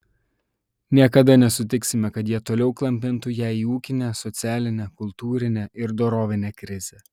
niekada nesutiksime kad jie toliau klampintų ją į ūkinę socialinę kultūrinę ir dorovinę krizę